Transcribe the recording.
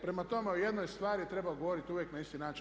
Prema tome o jednoj stvari treba govoriti uvijek na isti način.